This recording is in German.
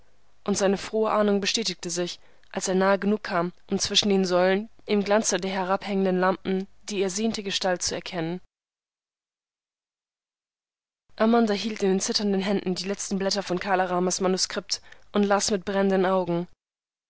und seine frohe ahnung bestätigte sich als er nahe genug kam um zwischen den säulen im glanze der herabhängenden lampen die ersehnte gestalt zu erkennen amanda hielt in den zitternden händen die letzten blätter von kala ramas manuskript und las mit brennenden augen